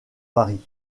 varient